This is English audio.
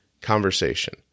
conversation